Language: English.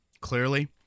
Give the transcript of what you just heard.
clearly